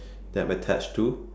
that I'm attached to